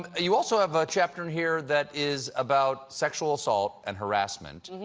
you also have a chapter in here that is about sexual assault and harassment.